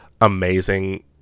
amazing